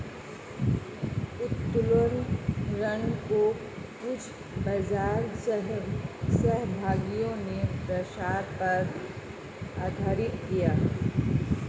उत्तोलन ऋण को कुछ बाजार सहभागियों ने प्रसार पर आधारित किया